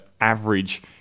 average